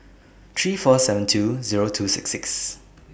three four seven two Zero two six six